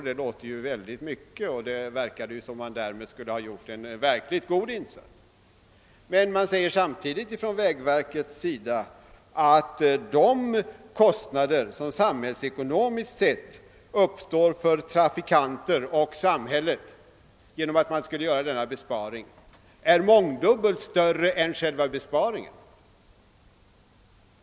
Det låter ju mycket, och det verkar som om man därmed skulle göra en god insats. Vägverket säger emellertid samtidigt att de kostnader som samhällsekonomiskt sett uppstår för trafikanterna och för samhället genom att man gör denna besparing är mångdubbelt större än själva besparingen.